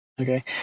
Okay